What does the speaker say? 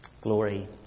Glory